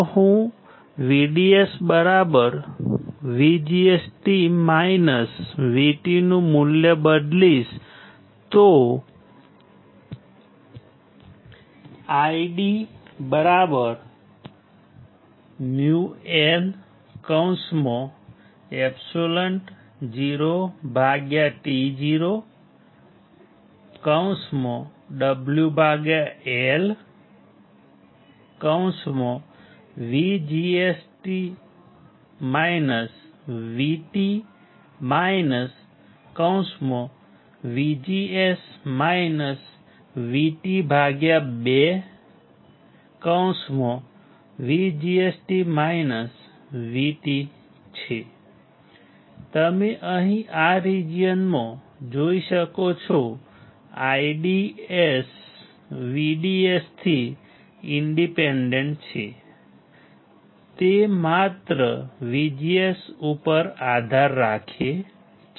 જો હું VDS VGS VT નું મૂલ્ય બદલીશ તો IDµnεotoWLVGS VT VGS VT 2 તમે અહીં આ રિજિયનમાં જોઈ શકો છો IDS VDS થી ઇંડિપેંડેન્ટ છે તે માત્ર VGS ઉપર આધાર રાખે છે